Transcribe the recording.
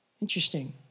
Interesting